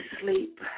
sleep